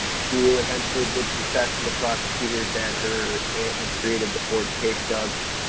she eventually did confess to the prosecutors that her aunt had created the forged pay stubs.